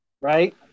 right